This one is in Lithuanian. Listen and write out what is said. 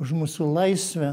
už mūsų laisvę